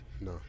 no